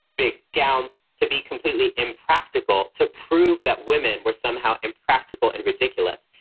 big gowns to be completely impractical, to prove that women were somehow impractical and ridiculous.